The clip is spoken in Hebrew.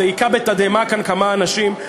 זה הכה בתדהמה כמה אנשים.